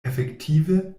efektive